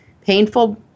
painful